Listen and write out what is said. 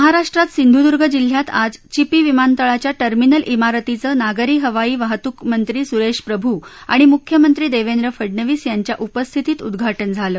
महाराष्ट्रात सिंधुदुर्ग जिल्ह्यात आज चिपी विमानतळाच्या टर्मिनल मोरतीचं नागरी हवाई वाहतूकमंत्री सुरेश प्रभू आणि मुख्यमंत्री देवेंद्र फडनवीस यांच्या उपस्थितीत उद्घाटन झालं